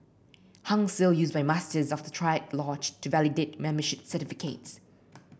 Hung Seal used by Masters of the triad lodge to validate membership certificates